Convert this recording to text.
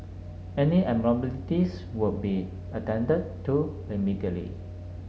any abnormalities would be attended to immediately